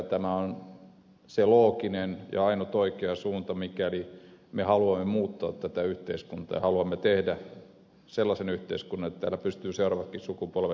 tämä on se looginen ja ainut oikea suunta mikäli me haluamme muuttaa tätä yhteiskuntaa ja haluamme tehdä sellaisen yhteiskunnan että täällä pystyvät seuraavatkin sukupolvet elämään